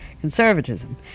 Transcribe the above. conservatism